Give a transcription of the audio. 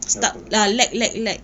stuck apa